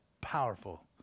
powerful